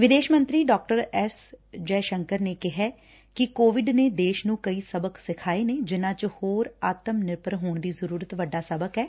ਵਿਦੇਸ਼ ਮੰਤਰੀ ਡਾ ਐਸ ਜੈ ਸ਼ੰਕਰ ਨੇ ਕਿਹਾ ਕਿ ਕੋਵਿਡ ਨੇ ਦੇਸ਼ ਨੂੰ ਕਈ ਸਬਕ ਸਿਖਾਏ ਨੇ ਜਿਨਾਂ ਚ ਹੋਰ ਆਤਮ ਨਿਰਭਰ ਹੋਣ ਦੀ ਜ਼ਰੂਰਤ ਵੱਡਾ ਸਬਕ ਐ